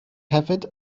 hefyd